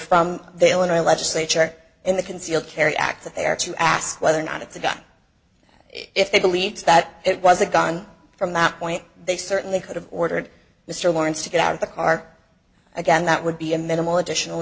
from the illinois legislature in the concealed carry act that they are to ask whether or not it's a gun if they believed that it was a gun from that point they certainly could have ordered mr lawrence to get out of the car again that would be a minimal additional